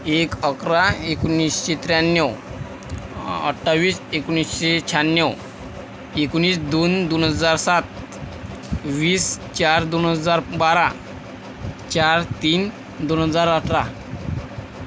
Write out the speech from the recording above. एक अकरा एकोणिसशे त्र्याण्णव अठ्ठावीस एकोणिसशे शहाण्णव एकोणीस दोन दोन हजार सात वीस चार दोन हजार बारा चार तीन दोन हजार अठरा